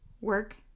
work